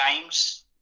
games